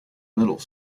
middle